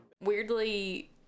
Weirdly